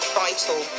vital